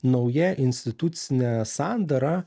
nauja institucinė sandara